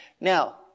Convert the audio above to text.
now